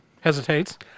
Hesitates